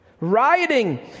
rioting